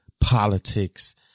politics